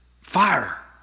fire